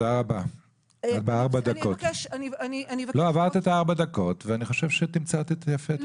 תודה רבה, עברת ארבע דקות והצגת יפה.